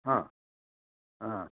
ହଁ ହଁ